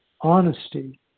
honesty